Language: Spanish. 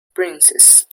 princess